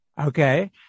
Okay